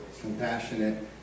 compassionate